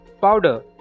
powder